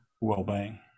well-being